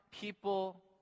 people